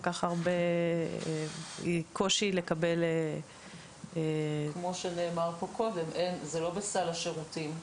כך הרבה קושי לקבל --- כמו שנאמר פה קודם זה לא בסל השירותים,